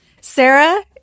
Sarah